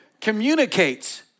Communicates